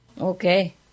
Okay